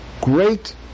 great